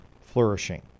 flourishing